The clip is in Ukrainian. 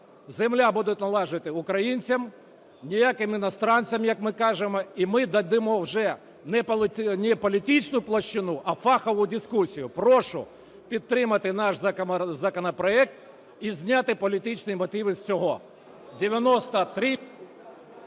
земля буде належати українцям, ніяким іностранцям, як ми кажемо, і ми дамо вже не політичну площину, а фахову дискусію. Прошу підтримати наш законопроект і зняти політичні мотиви з цього.